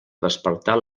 despertar